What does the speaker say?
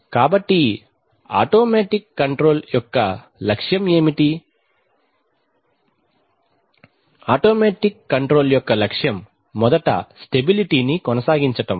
కాబట్టి automatic control యొక్క లక్ష్యం ఏమిటి ఆటోమేటిక్ కంట్రోల్ యొక్క లక్ష్యం మొదట స్టెబిలిటీ ని కొనసాగించడం